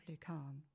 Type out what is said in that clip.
calm